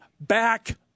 back